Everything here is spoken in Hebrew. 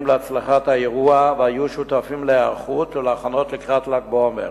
להצלחת האירוע והיו שותפים להיערכות ולהכנות לקראת ל"ג בעומר: